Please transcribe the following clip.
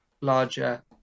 larger